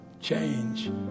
change